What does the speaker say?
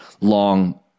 long